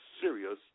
serious